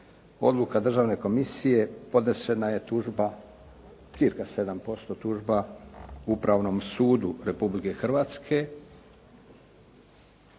odluka Državne komisije podnesena je tužba, cirka 7%, tužba Upravnom sudu Republike Hrvatske.